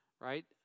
right